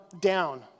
down